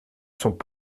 sont